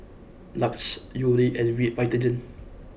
Lux Yuri and Vitagen